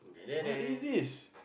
what is this